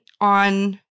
on